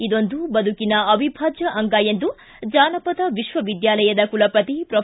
ಇದೊಂದು ಬದುಕಿನ ಅವಿಭಾಜ್ಯ ಅಂಗ ಎಂದು ಜಾನಪದ ವಿಶ್ವವಿದ್ದಾಲಯದ ಕುಲಪತಿ ಪ್ರೊ